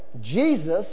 Jesus